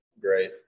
great